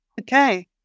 okay